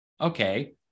Okay